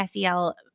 SEL